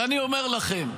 ואני אומר לכם,